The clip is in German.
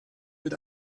mit